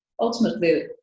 ultimately